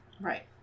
Right